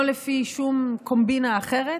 לא לפי שום קומבינה אחרת,